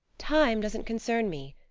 time doesn't concern me.